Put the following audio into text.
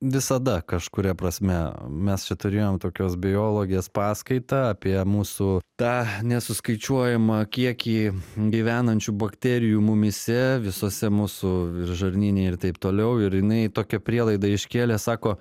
visada kažkuria prasme mes čia turėjom tokios biologės paskaitą apie mūsų tą nesuskaičiuojamą kiekį gyvenančių bakterijų mumyse visuose mūsų žarnyne ir taip toliau ir jinai tokią prielaidą iškėlė sako